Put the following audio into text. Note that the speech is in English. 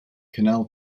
canal